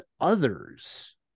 others